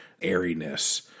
airiness